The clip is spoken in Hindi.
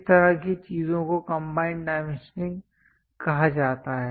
इस तरह की चीजों को कंबाइंड डाइमेंशनिंग कहा जाता है